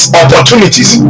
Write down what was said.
opportunities